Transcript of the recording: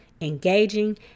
Engaging